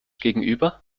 gegenüber